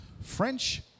French